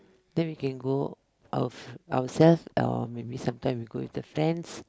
then we can go of ourselves or maybe sometimes we go with the fans